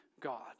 God